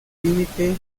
límite